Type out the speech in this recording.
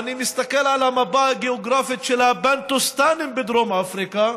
ואני מסתכל על המפה הגיאוגרפית של הבנטוסטנים בדרום אפריקה,